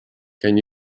can